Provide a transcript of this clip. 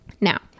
Now